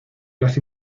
las